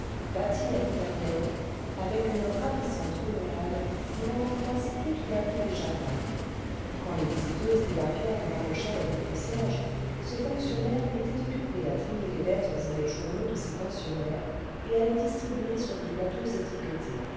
bâti à l'italienne avec une ravissante colonnade d'où l'on embrasse toute la vue des jardins quand les visiteuses débarquèrent devant le chalet du concierge ce fonctionnaire était occupé à trier les lettres et les journaux de ses pensionnaires et à les distribuer sur des plateaux étiquetés